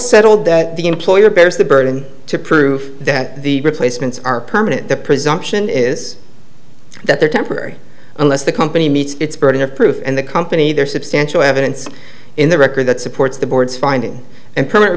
settled that the employer bears the burden to prove that the replacements are permanent the presumption is that they're temporary unless the company meets its burden of proof and the company there is substantial evidence in the record that supports the board's finding and permanent